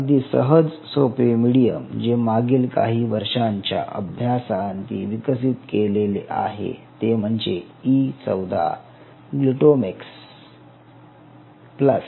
अगदी सहज सोपे मिडीयम जे मागील काही वर्षांच्या अभ्यासाअंती विकसित केलेले आहे ते म्हणजे ई 14 ग्लूटामेक्स प्लस